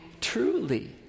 truly